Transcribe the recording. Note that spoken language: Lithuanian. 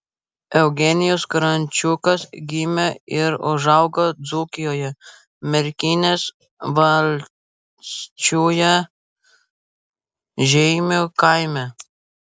eugenijus krančiukas gimė ir užaugo dzūkijoje merkinės valsčiuje žeimių kaime